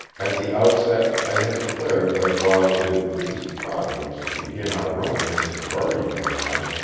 at the outset i had declared that while it had pleased providence to begin our romance in a burying-ground,